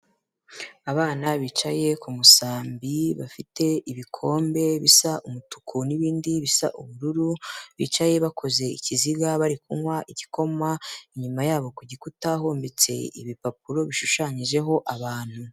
Abana bicaye ku musambi bafite ibikombe bisa umutuku n'ibindi bisa ubururu, bicaye bakoze ikiziga bari kunywa igikoma, inyuma yabo ku gikuta hometse ibipapuro bishushanyijeho abantu.